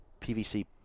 PVC